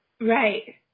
Right